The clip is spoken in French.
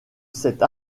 cette